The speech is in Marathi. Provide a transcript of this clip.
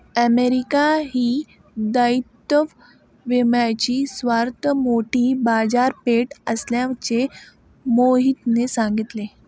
अमेरिका ही दायित्व विम्याची सर्वात मोठी बाजारपेठ असल्याचे मोहितने सांगितले